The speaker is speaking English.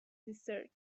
desert